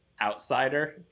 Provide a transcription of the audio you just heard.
outsider